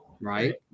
Right